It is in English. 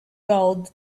gold